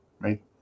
right